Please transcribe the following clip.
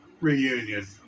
reunion